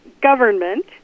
government